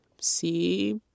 see